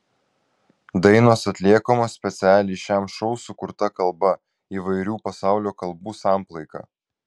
dainos atliekamos specialiai šiam šou sukurta kalba įvairių pasaulio kalbų samplaika